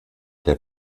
der